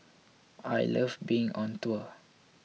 I love being on tour